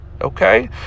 Okay